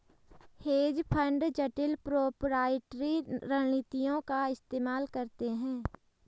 hedge fund जटिल proprietary रणनीतियों का इस्तेमाल करते हैं